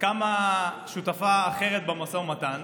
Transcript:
קמה שותפה אחרת במשא ומתן